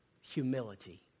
Humility